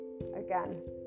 again